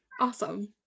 awesome